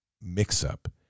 mix-up